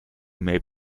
may